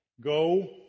go